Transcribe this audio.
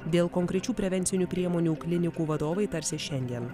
dėl konkrečių prevencinių priemonių klinikų vadovai tarsis šiandien